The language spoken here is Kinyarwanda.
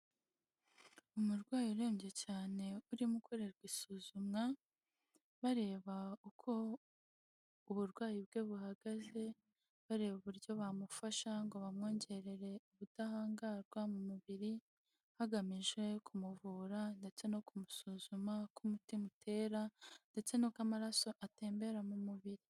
Umurwayi urembye cyane urimo ukorerwa isuzumwa bareba uko uburwayi bwe buhagaze, bareba uburyo bamufasha ngo bamwongerere ubudahangarwa mu mubiri bagamije kumuvura ndetse no kumusuzuma uko umutima utera ndetse n'uko amaraso atembera mu mubiri.